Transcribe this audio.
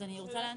הישיבה